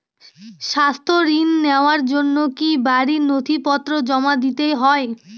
স্বাস্থ্য ঋণ নেওয়ার জন্য কি বাড়ীর নথিপত্র জমা দিতেই হয়?